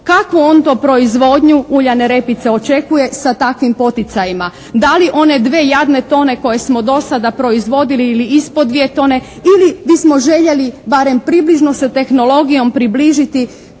kakvu on to proizvodnju uljane repice očekuje sa takvim poticajima. Da li one 2 jadne tone koje smo do sada proizvodili ili ispod 2 tone, ili bismo željeli barem približno sa tehnologijom približiti